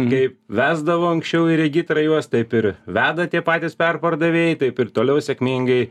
kaip vesdavo anksčiau į regitrą juos taip ir veda tie patys perpardavėjai taip ir toliau sėkmingai